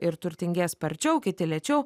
ir turtingės sparčiau kiti lėčiau